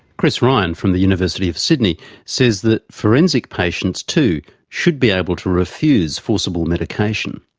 chris ryan from the university of sydney says that forensic patients too should be able to refuse forcible medication.